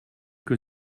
que